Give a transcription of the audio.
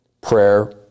prayer